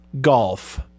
golf